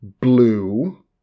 Blue